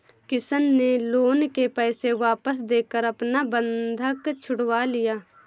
किशन ने लोन के पैसे वापस देकर अपना बंधक छुड़वा लिया